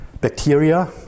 bacteria